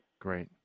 Great